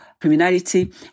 criminality